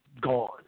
gone